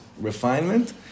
refinement